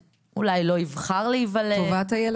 שהילד אולי לא יבחר להיוולד --- טובת הילד?